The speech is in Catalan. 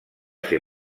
ser